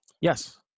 yes